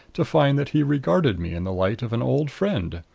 to find that he regarded me in the light of an old friend.